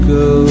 go